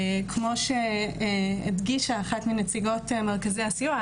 כמו שהדגישה אחת מנציגות מרכזי הסיוע,